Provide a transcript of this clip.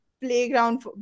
playground